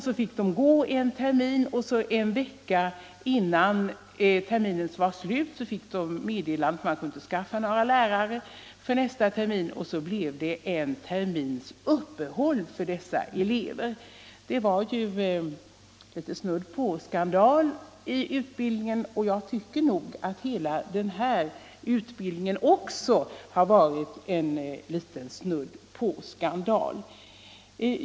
Så fick de gå en termin, men en vecka innan terminen var slut meddelades eleverna att man inte kunde skaffa lärare för nästa termin, och då blev det en termins uppehåll för dessa elever. Det var ju snudd på skandal i utbildningen, och jag tycker att hela den nu aktuella utbildningen också har varit snudd på skandal.